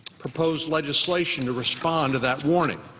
proposed legislation to respond to that warning.